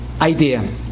idea